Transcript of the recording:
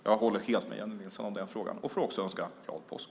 Jag håller helt med Jennie Nilsson i den frågan och får också önska en glad påsk.